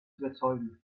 überzeugen